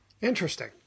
Interesting